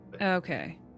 Okay